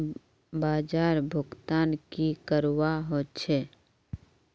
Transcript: बाजार भुगतान की करवा होचे?